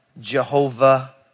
Jehovah